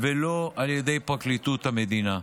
ולא על ידי פרקליטות המדינה.